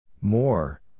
More